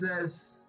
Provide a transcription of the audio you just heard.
says